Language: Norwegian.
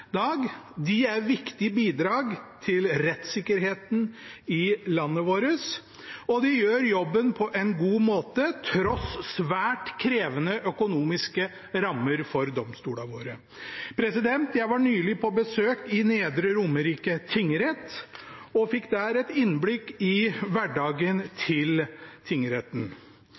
De er viktige bidrag til rettssikkerheten i landet vårt, og de gjør jobben på en god måte tross svært krevende økonomiske rammer for domstolene våre. Jeg var nylig på besøk i Nedre Romerike tingrett og fikk der et innblikk i hverdagen til tingretten.